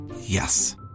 Yes